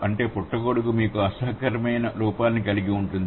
అంటే పుట్టగొడుగు మీకు అసహ్యకరమైన రూపాన్ని కలిగి ఉంటుంది